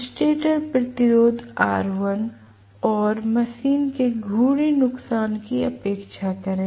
stator प्रतिरोध R1 और machine के घूर्णी नुकसान की उपेक्षा करें